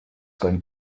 going